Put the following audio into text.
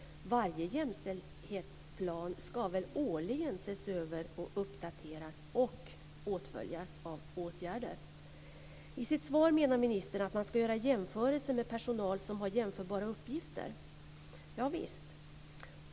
Varje jämställdhetsplan ska väl årligen ses över och uppdateras och åtföljas av åtgärder? I sitt svar menar ministern att man ska göra jämförelser med personal som har jämförbara uppgifter. Javisst.